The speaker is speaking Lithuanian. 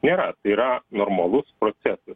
nėra tai yra normalus procesas